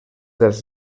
dels